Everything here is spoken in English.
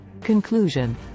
Conclusion